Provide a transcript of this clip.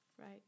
right